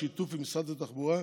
בשיתוף עם משרד התחבורה,